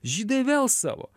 žydai vėl savo